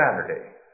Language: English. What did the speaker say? Saturday